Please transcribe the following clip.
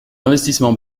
investissements